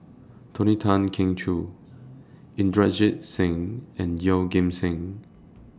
Tony Tan Keng Joo Inderjit Singh and Yeoh Ghim Seng